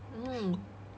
mm